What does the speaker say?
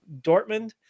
Dortmund